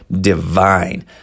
divine